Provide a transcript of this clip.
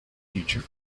future